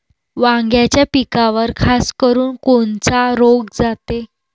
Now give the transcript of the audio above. वांग्याच्या पिकावर खासकरुन कोनचा रोग जाते?